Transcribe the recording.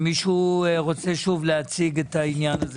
יש מישהו שרוצה להציג את העניין הזה